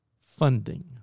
Funding